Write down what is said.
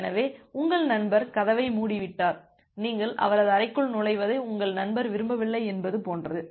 எனவே உங்கள் நண்பர் கதவை மூடிவிட்டார் நீங்கள் அவரது அறைக்குள் நுழைவதை உங்கள் நண்பர் விரும்பவில்லை என்பது போன்றது